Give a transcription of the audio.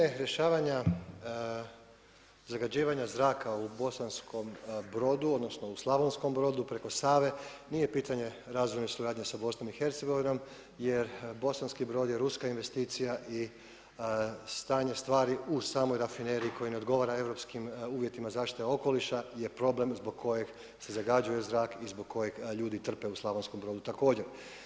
Pitanje rješavanja zagađivanja zraka u Bosanskom Brodu odnosno u Slavonskom Brodu, preko Save nije pitanje razvojne suradnje sa BiH-om jer Bosanski Brod je ruska investicija i stanje stvari u samoj rafineriji koje ne odgovara europskim uvjetima zaštite okoliša je problem zbog kojeg se zagađuje zrak i zbog kojeg ljudi trpe u Slavonskom Brodu također.